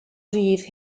rhydd